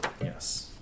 Yes